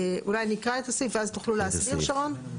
אולי אני אקרא את הסעיף ואז תוכלו להסביר, שרון?